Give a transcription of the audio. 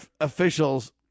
officials